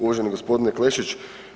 Uvaženi gospodine Klešić.